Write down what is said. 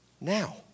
now